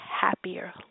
happier